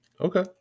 Okay